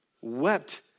wept